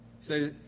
Say